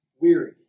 weary